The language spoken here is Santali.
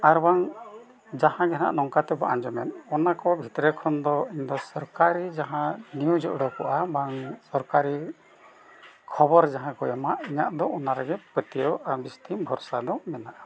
ᱟᱨ ᱵᱟᱝ ᱡᱟᱦᱟᱸ ᱜᱮᱦᱟᱸᱜ ᱱᱚᱝᱠᱟ ᱛᱮᱵᱚᱱ ᱟᱸᱡᱚᱢᱮᱫ ᱚᱱᱟ ᱠᱚ ᱵᱷᱤᱛᱨᱤ ᱠᱷᱚᱱ ᱫᱚ ᱤᱧ ᱫᱚ ᱥᱚᱨᱠᱟᱨᱤ ᱡᱟᱦᱟᱸ ᱱᱤᱭᱩᱡᱽ ᱩᱰᱩᱠᱚᱜᱼᱟ ᱵᱟᱝ ᱥᱚᱨᱠᱟᱨᱤ ᱠᱷᱚᱵᱚᱨ ᱡᱟᱦᱟᱸ ᱠᱚ ᱮᱢᱟ ᱤᱧᱟᱹᱜ ᱫᱚ ᱚᱱᱟ ᱨᱮᱜᱮ ᱯᱟᱹᱛᱭᱟᱹᱣ ᱟᱨ ᱵᱤᱥᱛᱤ ᱵᱷᱚᱨᱥᱟ ᱫᱚ ᱢᱮᱱᱟᱜᱼᱟ